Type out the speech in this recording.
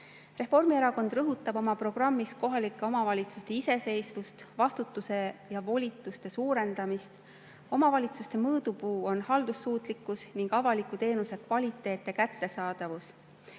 Reformierakond rõhutab oma programmis kohalike omavalitsuste iseseisvust, vastutuse ja volituste suurendamist. Omavalitsuste mõõdupuu on haldussuutlikkus ning avalike teenuste kvaliteet ja kättesaadavus.